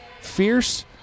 fierce